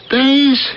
days